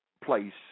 place